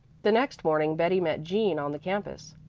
the next morning betty met jean on the campus.